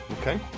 Okay